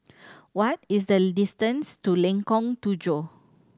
what is the distance to Lengkong Tujuh